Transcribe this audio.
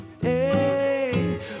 Hey